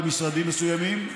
במשרדים מסוימים,